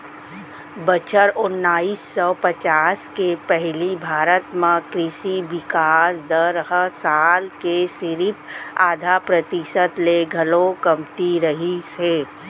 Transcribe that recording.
बछर ओनाइस सौ पचास के पहिली भारत म कृसि बिकास दर हर साल के सिरिफ आधा परतिसत ले घलौ कमती रहिस हे